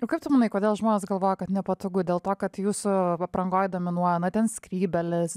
o kaip tu manai kodėl žmonės galvoja kad nepatogu dėl to kad jūsų aprangoj dominuoja na ten skrybėlės